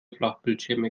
flachbildschirme